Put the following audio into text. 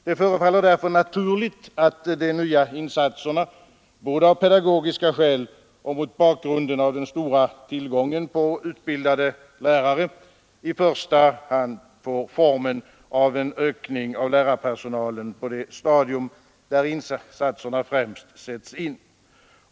Det förefaller därför naturligt att de nya insatserna, både av pedagogiska skäl och mot bakgrunden av den stora tillgången på utbildade lärare, i första hand får formen av en ökning av lärarpersonalen på det stadium där insatserna främst sätts in.